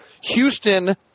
Houston